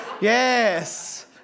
Yes